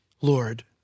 Lord